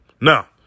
Now